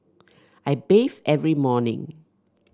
I bathe every morning